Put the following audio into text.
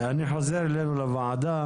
אני חוזר אלינו לוועדה.